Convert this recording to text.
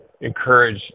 encourage